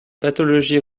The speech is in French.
pathologie